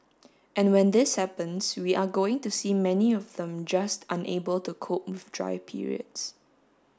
and when this happens we are going to see many of them just unable to cope with dry periods